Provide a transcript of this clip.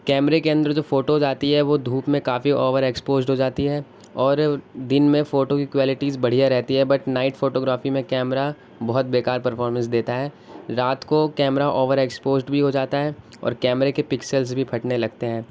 کیمرے کے اندر جو فوٹوز آتی ہے وہ دھوپ میں کافی اوور ایکسپوزڈ ہو جاتی ہیں اور دن میں فوٹو کی کوالٹیز بڑھیا رہتی ہیں بٹ نائٹ فوٹوگرافی میں کیمرا بہت بیکار پرفامینس دیتا ہے رات کو کیمرا اوور ایکسپوزڈ بھی ہو جاتا ہے اور کیمرے کے پکسلس بھی پھٹنے لگتے ہیں